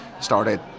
started